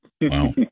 Wow